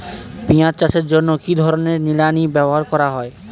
পিঁয়াজ চাষের জন্য কি ধরনের নিড়ানি ব্যবহার করা হয়?